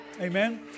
Amen